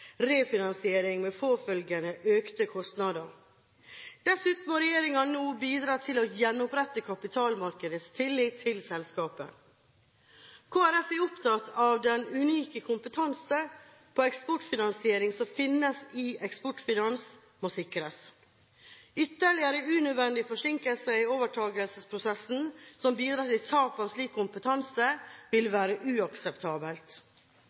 refinansiering med påfølgende økte kostnader. Dessuten må regjeringen nå bidra til å gjenopprette kapitalmarkedenes tillit til selskapet. Kristelig Folkeparti er opptatt av at den unike kompetansen på eksportfinansiering som finnes i Eksportfinans, må sikres. Ytterligere unødige forsinkelser i overtagelsesprosessen som bidrar til tap av slik kompetanse, vil være uakseptabelt.